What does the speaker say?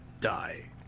die